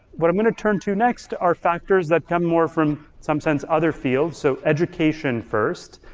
what i'm gonna turn to next are factors that come more from some sense other fields. so education first,